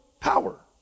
power